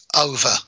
over